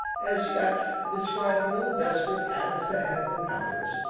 as yet, described no desperate hand-to-hand encounters,